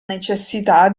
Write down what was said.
necessità